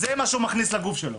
זה מה שילד בישראל מכניס לגוף שלו